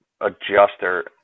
adjuster